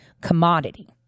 commodity